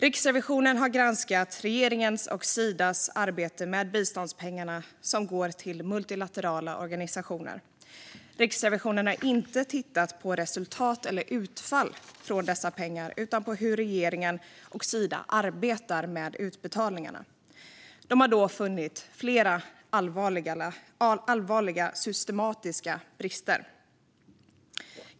Riksrevisionen har granskat regeringens och Sidas arbete med biståndspengarna som går till multilaterala organisationer. Riksrevisionen har inte tittat på resultat eller utfall från dessa pengar utan på hur regeringen och Sida arbetar med utbetalningarna. De har då funnit flera allvarliga systematiska brister.